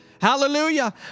Hallelujah